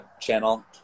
channel